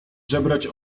żebrać